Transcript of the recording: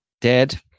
dead